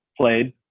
played